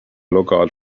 lookout